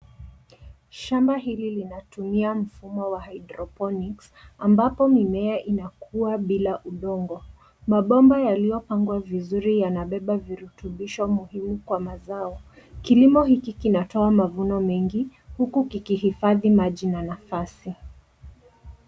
Shamba hili linatumia mfumo wa hydroponics ambapo mimea inakuwa bila udongo. Mabomba yaliyopangwa vizuri yanabeba virutubisho muhimu kwa mazao. Kilimo hiki kinatoa mavuno mengi huku kikihifadhi maji na nafasi.